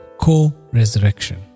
Co-resurrection